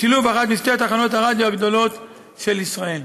בשילוב אחת משתי תחנות הרדיו הגדולות של ישראל.